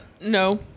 No